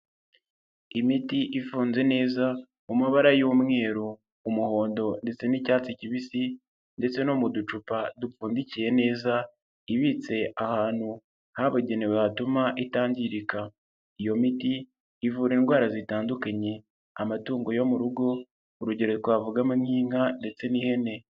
Imiti ifunze neza mu mabara y'umweru, umuhondo ndetse n'icyatsi kibisi ndetse no mu ducupa dupfundikiye neza, ibitse ahantu habugenewe hatuma itangirika, iyo miti ivura indwara zitandukanye amatungo yo mu rugo urugero twavugamo nk'inka ndetse n'ihene.